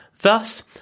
Thus